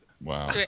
Wow